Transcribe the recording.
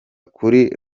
kuri